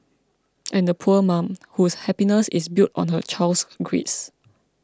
and the poor mum whose happiness is built on her child's grades